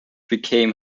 became